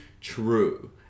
true